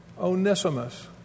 Onesimus